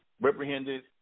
reprehended